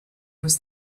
was